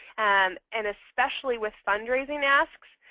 and and especially with fundraising asks,